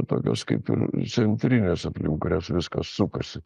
tokios kaip centrinės aplink kurias viskas sukasi